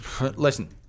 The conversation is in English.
listen